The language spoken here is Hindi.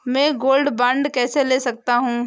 मैं गोल्ड बॉन्ड कैसे ले सकता हूँ?